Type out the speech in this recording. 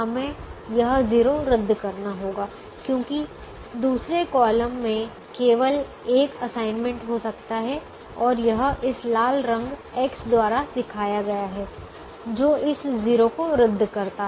हमें यह 0 रद्द करना होगा क्योंकि दूसरे कॉलम में केवल एक असाइनमेंट हो सकता है और यह इस लाल रंग X द्वारा दिया गया है जो इस 0 को रद्द करता है